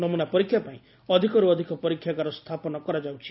ନମୁନା ପରୀକ୍ଷା ପାଇଁ ଅଧିକର୍ ଅଧିକ ପରୀକ୍ଷାଗାର ସ୍ଥାପନ କରାଯାଉଛି